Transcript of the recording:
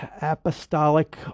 apostolic